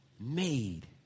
made